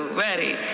ready